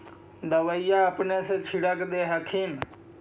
दबइया अपने से छीरक दे हखिन?